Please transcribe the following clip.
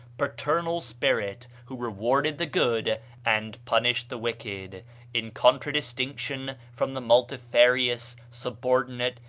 paternal spirit, who rewarded the good and punished the wicked in contradistinction from the multifarious, subordinate,